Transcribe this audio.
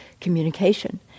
communication